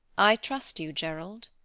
i trust you, gerald.